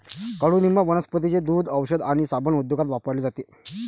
कडुनिंब वनस्पतींचे दूध, औषध आणि साबण उद्योगात वापरले जाते